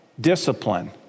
discipline